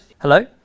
Hello